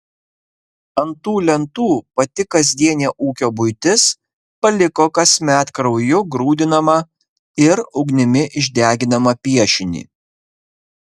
ant tų lentų pati kasdienė ūkio buitis paliko kasmet krauju grūdinamą ir ugnimi išdeginamą piešinį